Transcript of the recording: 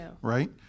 right